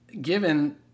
Given